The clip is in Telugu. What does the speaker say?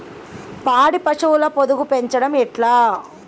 పాడి పశువుల పొదుగు పెంచడం ఎట్లా?